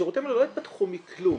השירותים האלה לא התפתחו מכלום,